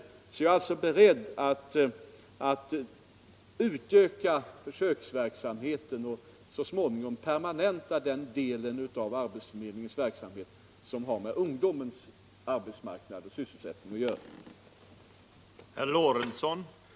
Därför är jag alltså beredd att utöka försöksverksamheten och så småningom permanenta den del som har med ungdomens arbetsmarknad och sysselsättning att göra.